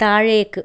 താഴേക്ക്